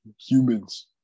humans